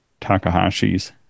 takahashi's